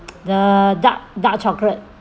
the dark dark chocolate